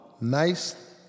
nice